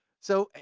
so,